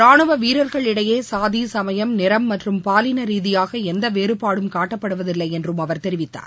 ரானுவ வீரர்கள் இடையே சாதி சமயம் நிறம் மற்றும் பாலின ரீதியாக எந்த வேறுபாடும் காட்டப்படுவதில்லை என்றும் அவர் தெரிவித்தார்